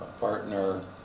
partner